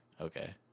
okay